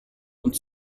und